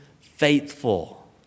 faithful